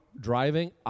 driving